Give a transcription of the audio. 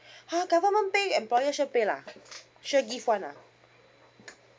!huh! government pay employer sure pay lah sure give [one] ah